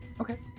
okay